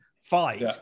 fight